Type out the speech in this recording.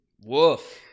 Woof